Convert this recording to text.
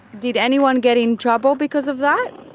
did anyone get in trouble because of that?